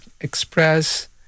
express